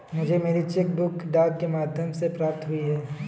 मुझे मेरी cheque book डाक के माध्यम से प्राप्त हुई है